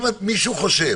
אם מישהו חושב